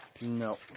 No